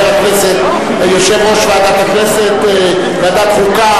יושב-ראש ועדת החוקה,